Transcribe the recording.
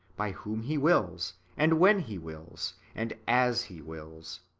by whom he wills, and when he wills, and as he wills.